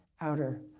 outer